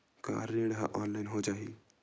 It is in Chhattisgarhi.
का ऋण ह ऑनलाइन हो जाही?